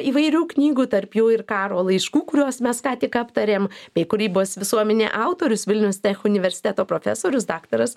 įvairių knygų tarp jų ir karo laiškų kuriuos mes ką tik aptarėm bei kūrybos visuomenė autorius vilnius tech universiteto profesorius daktaras